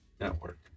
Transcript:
network